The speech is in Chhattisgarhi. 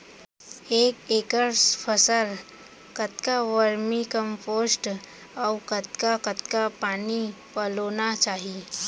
एक एकड़ फसल कतका वर्मीकम्पोस्ट अऊ कतका कतका पानी पलोना चाही?